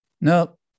Nope